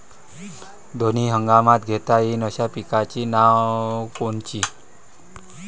दोनी हंगामात घेता येईन अशा पिकाइची नावं कोनची?